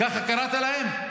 ככה קראת להם?